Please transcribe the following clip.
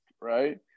right